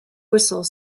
whistle